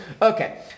Okay